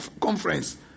conference